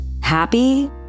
happy